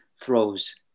throws